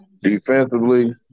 Defensively